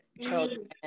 children